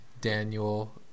Daniel